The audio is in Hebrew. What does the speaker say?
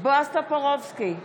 בועז טופורובסקי,